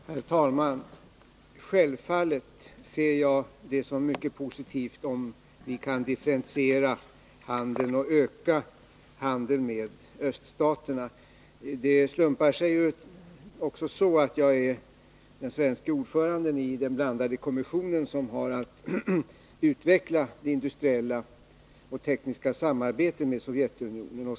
Herr talman! Självfallet ser jag det som mycket positivt om vi kan differentiera och öka handeln med öststaterna. Det slumpar sig också så att jag är ordförande i den blandade kommission som har att utveckla det industriella och tekniska samarbetet med Sovjetunionen.